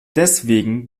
deswegen